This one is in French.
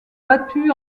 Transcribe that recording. battu